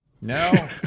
No